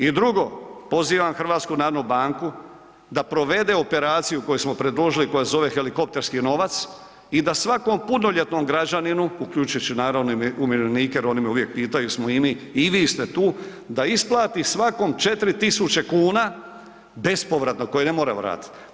I drugo, pozivam HNB da provede operaciju koju smo predložili koja se zove „Helikopterski novac“ i da svakom punoljetnom građaninu, uključujući naravno i umirovljenike jer oni me uvijek pitaju jesmo i mi, i vi ste tu, da isplati svakom 4.000 kuna bespovratno koje ne mora vratiti.